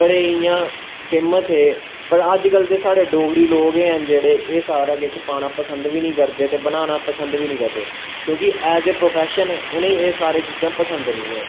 बड़े इया्ं फेमस हे पर अज कल दे साढ़े डोगरे लोग हैन जिन्ने बी ओह् पाना पसंद बी नी करदे ते बनाना पसंद बी नी करदे क्योंकि ऐ़ ए प्रोफैशन उनें एह् सारीचीजां पसंद नी हैन